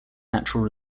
natural